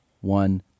one